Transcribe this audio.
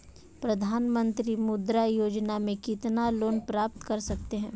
प्रधानमंत्री मुद्रा योजना में कितना लोंन प्राप्त कर सकते हैं?